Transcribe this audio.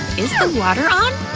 is the water on?